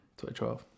2012